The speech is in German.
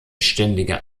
ständige